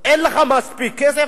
אין לך מספיק כסף,